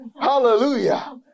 Hallelujah